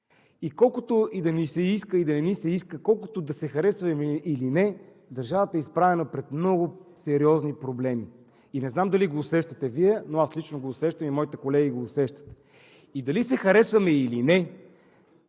иска и да не ни се иска, колкото да се харесваме или не, държавата е изправена пред много сериозни проблеми. Не знам дали го усещате Вие, но аз лично го усещам, и моите колеги го усещат. Дали се харесваме или не,